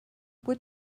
what